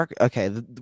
okay